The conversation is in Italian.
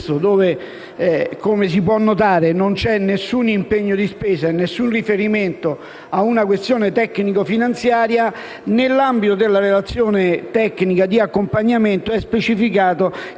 dove, come si può notare, non c'è alcun impegno di spesa e alcun riferimento a una questione tecnico-finanziaria, nell'ambito della relazione tecnica di accompagnamento è specificato